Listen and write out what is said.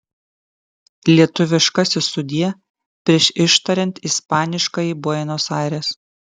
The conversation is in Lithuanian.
lietuviškasis sudie prieš ištariant ispaniškąjį buenos aires